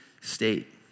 state